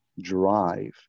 drive